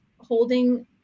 holding